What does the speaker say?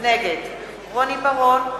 נגד רוני בר-און,